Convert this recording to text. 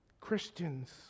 Christians